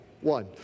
One